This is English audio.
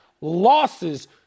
losses